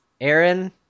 Aaron